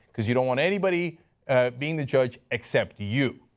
because you don't want anybody being the judge except you.